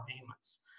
payments